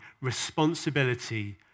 responsibility